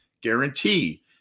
guarantee